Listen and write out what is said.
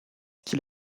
qu’il